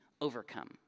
overcome